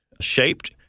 shaped